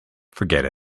forget